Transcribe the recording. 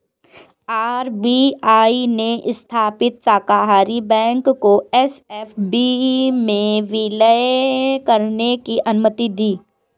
RBI ने स्थापित सहकारी बैंक को एस.एफ.बी में विलय करने की अनुमति दी